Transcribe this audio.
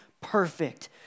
Perfect